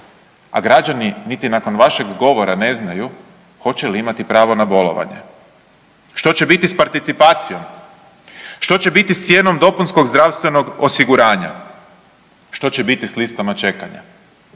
A građani niti nakon vašeg govora ne znaju hoće li imati pravo na bolovanje. Što će biti s participacijom? Što će biti s cijenom dopunskog zdravstvenog osiguranja? Što će biti s listama čekanja?